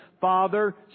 Father